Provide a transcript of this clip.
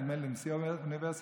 נדמה לי נשיא האוניברסיטה,